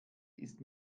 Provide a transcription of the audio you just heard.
ist